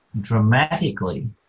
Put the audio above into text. dramatically